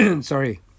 sorry